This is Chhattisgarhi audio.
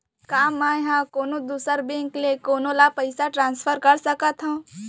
का मै हा कोनहो दुसर बैंक ले कोनहो ला पईसा ट्रांसफर कर सकत हव?